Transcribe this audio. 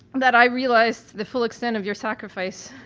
that i realized the full extent of your sacrifice.